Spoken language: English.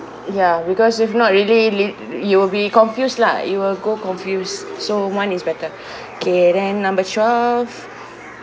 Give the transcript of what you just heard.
ya because if not really rea~ you will be confused lah it will go confuse so one is better K then number twelve